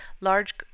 Large